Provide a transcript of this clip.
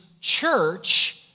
church